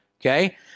okay